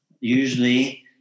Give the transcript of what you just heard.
Usually